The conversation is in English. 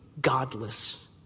godless